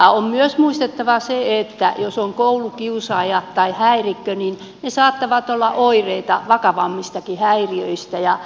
on myös muistettava se että jos on koulukiusaaja tai häirikkö niin se saattaa olla oire vakavammastakin häiriöstä